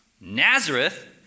Nazareth